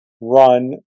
run